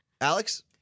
Alex